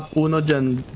hundred and